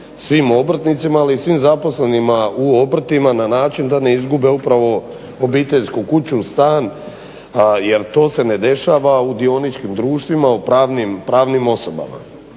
svim obrtnicima ali i svim zaposlenima u obrtima na način da ne izgube upravo obiteljsku kuću, stan, jer to se ne dešava u dioničkim društvima, u pravnim osobama.